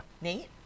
Nate